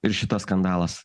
ir šitas skandalas